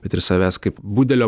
bet ir savęs kaip budelio